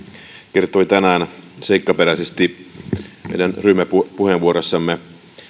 kertoi tänään seikkaperäisesti meidän ryhmäpuheenvuorossamme